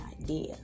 idea